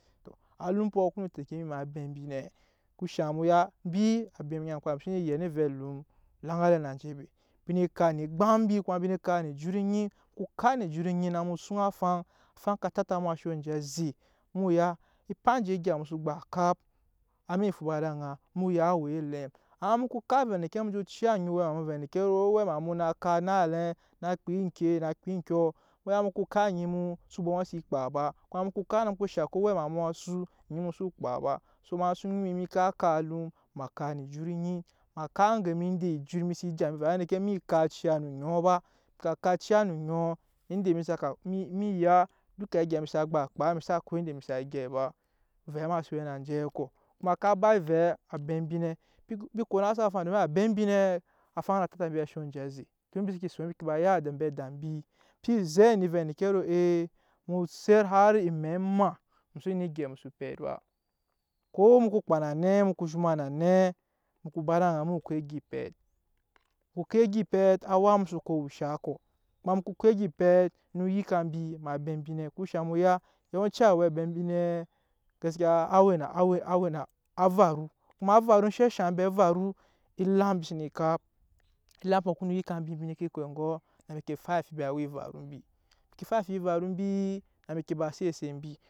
Alumpɔ oŋke ne tɛmake mbi em'abe mbi nɛ eŋke shaŋ mu ya embi ambe nyankpa embi xsene yɛn ovɛ alum laŋa alɛ na enje be mbi nee kp ne egbam mbi kuma mbi nee kap ne ejut enyi ku kap ne ejut enyi na mu suŋ afaŋ, afaŋ ka tata mu ansho anje aze mu ya empa nje egya mu so gba kap har mu fu ba ed'aŋa mu ya á we elɛm amma mu ko kap vɛ endeke ne mu je ciya wɛma mu vɛ endeke ro owɛma mu na kap naŋ elɛm na kpa eŋke na kpa ekɔ u ya mu ko kap onyi mu xsa bwoma sa kpa ba kuma mu ko kap na mu ko shaŋke owɛma mu asu onyi mu xso kpa ba, so ma suŋ mi emi ka kap alum ma kap ne ejut mi enyi ma kap aŋge mi inda ejut mi se ja mi ba vɛ endeke mi kap ciya no oŋɔ ba mi ka kap ciya no ŋɔ mi ya duka egya mi sa gba ka mi xsa ko inda mi sa gyɛp ba avɛ ma sen we na njeɛ kɔ, ma ka ba ovɛ abembi nɛ embi konase afaŋ domin abe mbi nɛ afaŋ a waa tata mbi ansho aze tun mbi seke son mbi ba ya ambe ada mbimbi si zɛ vɛ endeke ro ee mu set har emɛ maa mu xso we ne eyga ŋke pɛt ba ko mu ko kpa na nɛ mu ko zhoma na nɛ mu ko ba ed'aŋ mu ko egya epɛt, mu ko egya epɛt awa mu soko wushaa kɔ kuma mu ko ko egya epɛt no yika mbi em'abe mbi nɛ eŋke shaŋ mu ya yawanci awɛci abe mbi nɛ gaskiya á varu kuma enshɛ shaŋ mbe varu? Elam mbi senee kap. Elampɔ no ko yika mbi embi nee ke ko egɔ na mbi ne ke fai amfibi awa evaru mbi embi ke fai amfibi awa evaru mbi na mbi ke ba set set mbi.